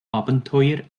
abenteuer